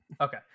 Okay